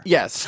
Yes